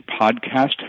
podcast